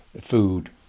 food